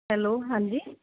hello ਹਾਂਜੀ